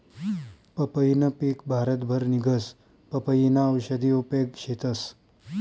पंपईनं पिक भारतभर निंघस, पपयीना औषधी उपेग शेतस